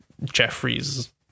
jeffrey's